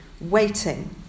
waiting